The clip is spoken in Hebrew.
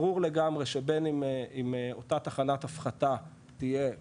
ברור לגמרי שבין אם אותה תחנת הפחתה תהיה כאן,